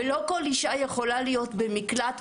לא כל אישה יכולה להיות במקלט,